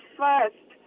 first